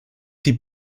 die